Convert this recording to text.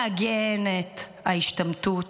לעגן את ההשתמטות,